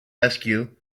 rescue